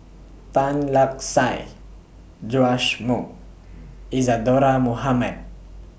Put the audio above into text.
Tan Lark Sye Joash Moo Isadhora Mohamed